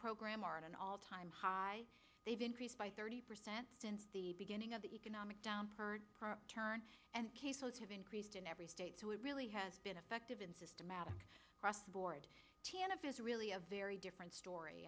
program are at an all time high they've increased by thirty percent since the beginning of the economic down turn and cases have increased in every state so it really has been effective in systematic across the board is really a very different story